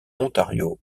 ontario